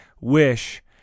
wish